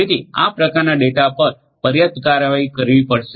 તેથી આ પ્રકારના ડેટા પર પર્યાપ્ત કાર્યવાહી કરવી પડશે